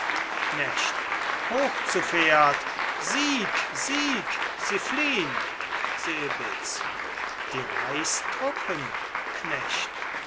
knecht hoch zu pferd sieg sieg sie fliehn selbitz die reichstruppen knecht